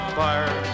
fire